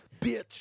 Bitch